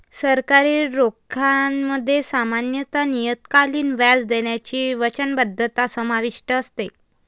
सरकारी रोख्यांमध्ये सामान्यत नियतकालिक व्याज देण्याची वचनबद्धता समाविष्ट असते